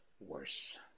worse